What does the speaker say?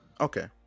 Okay